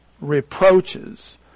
reproaches